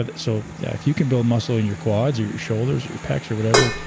ah so yeah if you can build muscle in your quads, or your shoulders, or your pecs, or whatever,